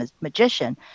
magician